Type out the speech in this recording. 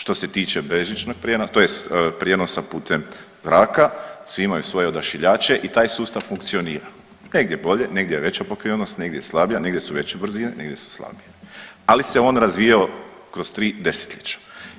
Što se tiče bežičnog prijenosa, tj. prijenosa putem zraka svi imaju svoje odašiljače i taj sustav funkcionira, negdje bolje, negdje je veža pokrivenost, negdje je slabija, negdje su veće brzine, negdje su slabije, ali se on razvijao kroz tri desetljeća.